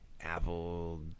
Apple